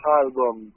album